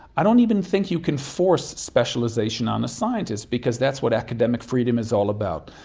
i don't even think you can force specialisation on a scientist because that's what academic freedom is all about.